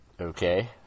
Okay